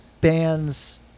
bands